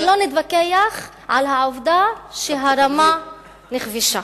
אבל לא נתווכח על העובדה שהרמה נכבשה,